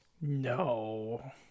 No